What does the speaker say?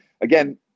again